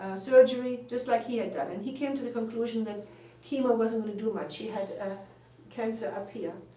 surgery, just like he had done. and he came to the conclusion that chemo wasn't going to do much. he had ah cancer up ah